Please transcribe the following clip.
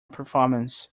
performance